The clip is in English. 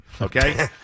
Okay